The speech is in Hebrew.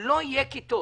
לא יהיו כיתות?